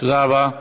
תודה רבה.